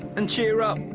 and cheer up.